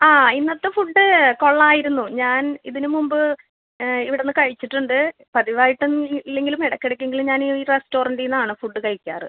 ആ ഇന്നത്തെ ഫുഡ് കൊള്ളാമായിരുന്നു ഞാൻ ഇതിന് മുമ്പ് ഇവിടുന്ന് കഴിച്ചിട്ടുണ്ട് പതിവായിട്ട് ഇല്ലെങ്കിലും ഇടയ്ക്കിടയ്ക്ക് എങ്കിലും ഞാൻ ഈ റെസ്റ്റോറൻറിൽ നിന്നാണ് ഫുഡ് കഴിക്കാറ്